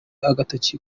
agatoki